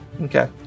Okay